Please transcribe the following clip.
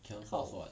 kao